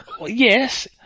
Yes